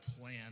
plan